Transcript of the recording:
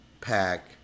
Pack